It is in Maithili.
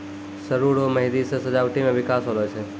सरु रो मेंहदी से सजावटी मे बिकास होलो छै